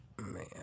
Man